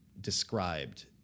described